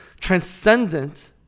transcendent